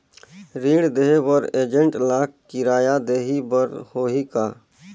ऋण देहे बर एजेंट ला किराया देही बर होही का?